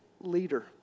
leader